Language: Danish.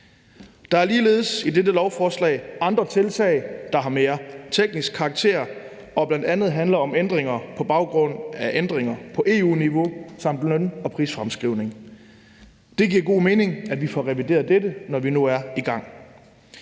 Der er i dette lovforslag andre tiltag, der har mere teknisk karakter, og som bl.a. handler om ændringer på baggrund af ændringer på EU-niveau samt løn- og prisfremskrivning. Det giver god mening, at vi får revideret dette, når vi nu er i gang.